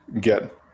get